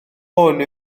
hwn